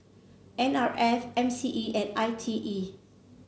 N R F M C E and I T E